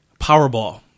powerball